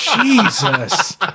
Jesus